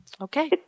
Okay